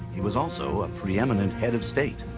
he was also a preeminent head of state.